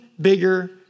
bigger